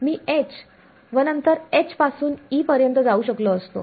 मी H व नंतर H पासून E पर्यंत जाऊ शकलो असतो